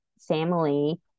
family